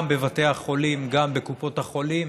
גם בבתי החולים, גם בקופות החולים.